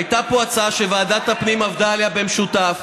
הייתה פה הצעה שוועדת הפנים עבדה עליה במשותף